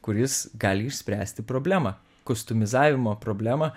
kuris gali išspręsti problemą kustumizavimo problemą